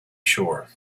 sure